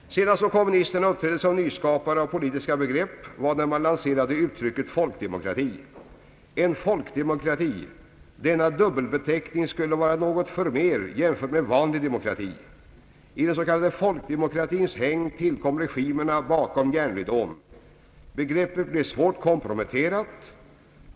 Senast kommunisterna uppträdde som nyskapare av politiska begrepp var när man lanserade uttrycket »folkdemokrati». En folkdemokrati — denna dubbelbeteckning — skulle vara något förmer jämfört med vanlig demokrati. I den s.k. folkdemokratins hägn tillkom regimerna bakom järnridån. Begreppet blev svårt komprometterat.